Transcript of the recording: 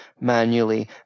manually